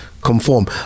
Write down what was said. conform